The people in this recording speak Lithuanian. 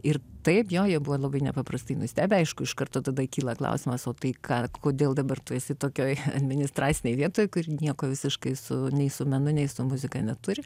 ir taip jo jie buvo labai nepaprastai nustebę aišku iš karto tada kyla klausimas o tai ką kodėl dabar tu esi tokioj administracinėj vietoj kur nieko visiškai su nei su menu nei su muzika neturi